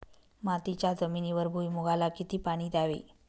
मातीच्या जमिनीवर भुईमूगाला किती पाणी द्यावे?